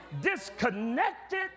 disconnected